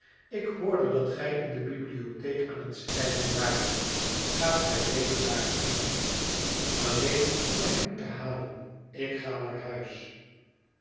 ik hoorde dat gij in de bibliotheek aan het schrijven waart gaat gij weder daarheen alleen om mijn hoed te halen ik ga naar huis